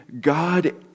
God